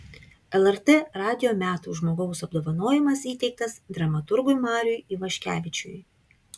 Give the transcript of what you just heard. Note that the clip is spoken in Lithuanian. lrt radijo metų žmogaus apdovanojimas įteiktas dramaturgui mariui ivaškevičiui